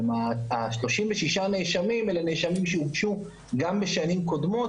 ה-36 נאשמים אלה נאשמים שהוגשו גם בשנים קודמות